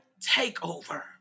Takeover